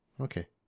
Okay